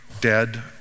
dead